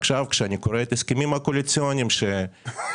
עכשיו כשאני קורא את ההסכמים הקואליציוניים שמסתמנים,